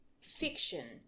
fiction